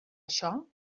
això